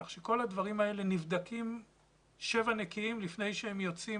כך שכל הדברים האלה נבדקים שבע נקיים לפני שהם יוצאים